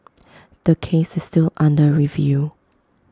the case is still under review